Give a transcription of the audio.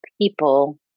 people